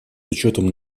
учетом